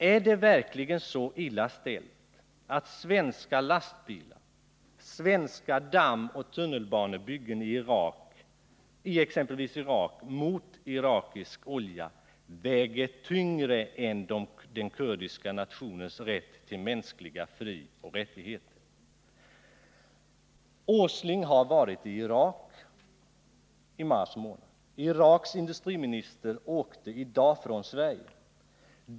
Är det verkligen så illa ställt att t.ex. ett utbyte av svenska lastbilar, svenska dammoch tunnelbanebyggen i Irak mot irakisk olja väger tyngre än den kurdiska nationens mänskliga frioch rättigheter? Nils Åsling var i Iraki mars månad, och Iraks industriminister åkte i dag från Sverige.